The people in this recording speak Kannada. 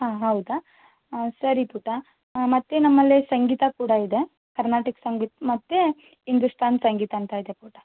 ಹಾಂ ಹೌದಾ ಸರಿ ಪುಟ್ಟ ಮತ್ತೆ ನಮ್ಮಲ್ಲೇ ಸಂಗೀತ ಕೂಡ ಇದೆ ಕರ್ನಾಟಕ ಸಂಗೀತ ಮತ್ತು ಹಿಂದೂಸ್ತಾನಿ ಸಂಗೀತ ಅಂತ ಇದೆ ಪುಟ್ಟ